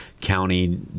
county